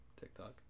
TikTok